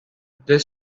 the